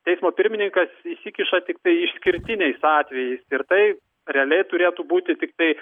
teismo pirmininkas įsikiša tiktai išskirtiniais atvejais ir tai realiai turėtų būti tiktai